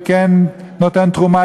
וכן נותן תרומה,